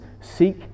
Seek